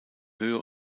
höhe